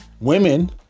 women